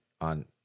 on